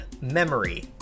memory